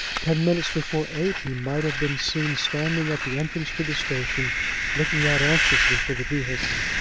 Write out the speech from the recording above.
ten minutes before eight he might have been seen standing at the entrance to the station looking out anxiously for the vehicle.